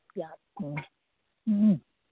ꯎꯝ